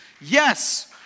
Yes